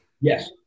Yes